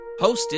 hosted